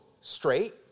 straight